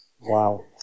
wow